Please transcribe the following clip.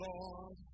Lord